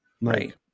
Right